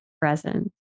present